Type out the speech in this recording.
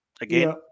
again